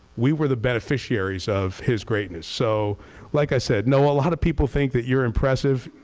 we were the beneficiaries of his great news. so like i said, noah, a lot of people think that you're impressive.